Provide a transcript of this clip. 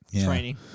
training